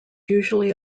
usually